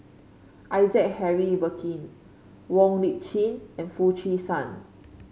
Isaac Henry Burkill Wong Lip Chin and Foo Chee San